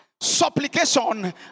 supplication